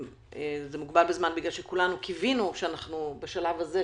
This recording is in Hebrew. זה מוגבל בזמן בגלל שכולנו קיווינו שבשלב הזה,